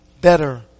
better